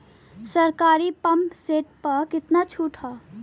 सरकारी pump set प कितना छूट हैं?